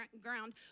ground